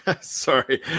Sorry